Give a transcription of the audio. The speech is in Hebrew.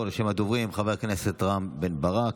נעבור לרשימת הדוברים: חבר הכנסת רם בן ברק,